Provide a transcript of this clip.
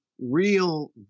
real